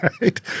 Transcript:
right